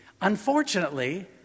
Unfortunately